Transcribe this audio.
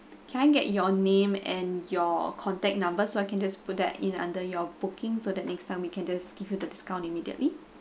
can I get your name and your contact number so I can just put that in under your booking so that next time we can just give you the discount immediately